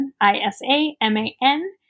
I-S-A-M-A-N